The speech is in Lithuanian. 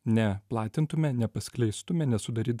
ne platintume nepaskleistume nesudaryt